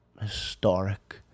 historic